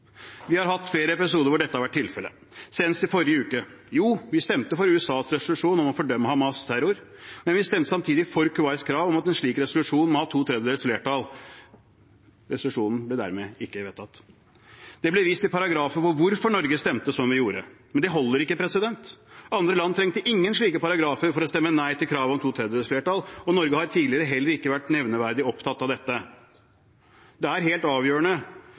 Vi har hatt flere episoder hvor dette har vært tilfellet, senest i forrige uke. Jo, vi stemte for USAs resolusjon om å fordømme Hamas’ terror, men vi stemte samtidig for Kuwaits krav om at en slik resolusjon må ha to tredjedels flertall. Resolusjonen ble dermed ikke vedtatt. Det ble vist til paragrafer for hvorfor Norge stemte som vi gjorde, men det holder ikke. Andre land trengte ingen slike paragrafer for å stemme nei til kravet om to tredjedels flertall. Norge har tidligere heller ikke vært nevneverdig opptatt av dette. Det er helt avgjørende